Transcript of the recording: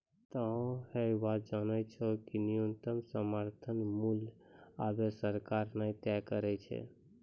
तोहों है बात जानै छौ कि न्यूनतम समर्थन मूल्य आबॅ सरकार न तय करै छै